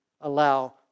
allow